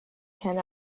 can